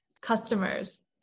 customers